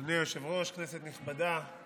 אדוני היושב-ראש, כנסת נכבדה,